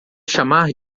chamar